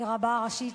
כרבה הראשי,